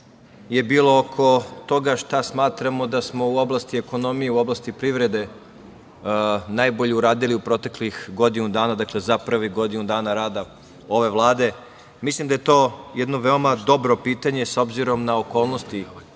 je bilo oko toga šta smatramo da smo u oblasti ekonomije, u oblasti privrede najbolje uradili u proteklih godinu dana, dakle za privih godinu dana rada ove Vlade. Mislim da je to jedno veoma dobro pitanje s obzirom da okolnosti